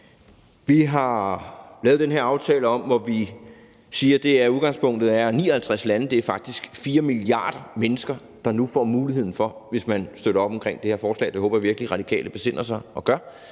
Vi har lavet den her aftale, hvor vi siger, at udgangspunktet er 59 lande, og det er faktisk 4 milliarder mennesker, der nu – hvis man støtter op omkring det her forslag, og det håber jeg virkelig at Radikale besinder sig og gør